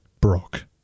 Brock